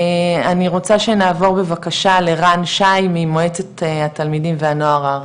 אני רוצה שנעבור בבקשה לרן שי ממועצת התלמידים והנוער הארצית.